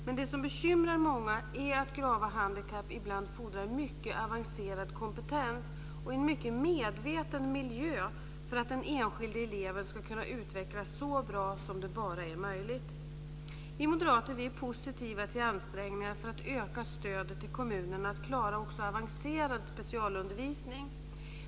Men det som bekymrar många är att grava handikapp ibland fordrar mycket avancerad kompetens och en mycket medveten miljö för att den enskilde eleven ska kunna utvecklas så bra som det bara är möjligt. Vi moderater är positiva till ansträngningar för att öka stödet till kommunerna att klara också avancerad specialundervisning.